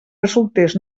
resultés